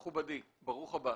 מכובדי, ברוך הבא.